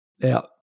Now